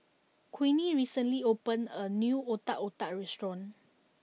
Queenie recently opened a new Otak Otak Restaurant